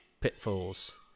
pitfalls